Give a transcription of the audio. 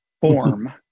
form